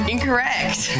Incorrect